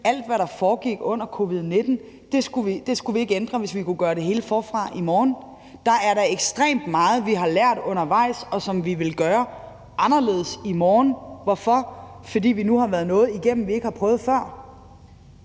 alt, hvad der foregik under perioden med covid-19, skulle vi ikke ændre, hvis vi kunne gøre det hele forfra i morgen. Der er da ekstremt meget, som vi har lært undervejs, og som vi ville gøre anderledes i morgen. Hvorfor? Fordi vi nu har været noget igennem, vi ikke har prøvet før.